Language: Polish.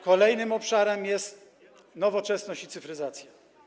Kolejnym obszarem jest nowoczesność i cyfryzacja.